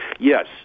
Yes